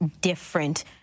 different